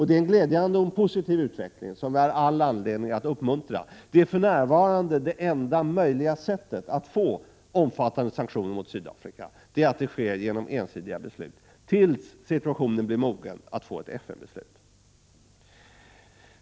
Det är en glädjande och positiv utveckling som vi har ä7. all anledning att uppmuntra. Det för närvarande enda möjliga sättet att få till stånd omfattande sanktioner mot Sydafrika är genom ensidiga beslut, tills situationen blir mogen för att få ett FN-beslut.